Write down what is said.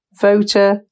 voter